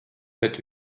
bet